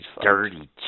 Dirty